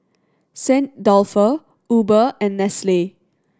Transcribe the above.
Saint Dalfour Uber and Nestle